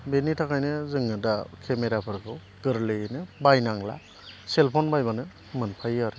बिनि थाखायनो जोङो दा केमेराफोरखौ गोरलैयैनो बायनांला सेलफन बायब्लानो मोनफायो आरो